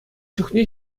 чухне